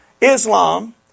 Islam